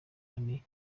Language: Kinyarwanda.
ari